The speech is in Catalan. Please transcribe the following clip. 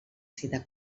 cita